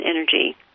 energy